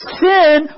Sin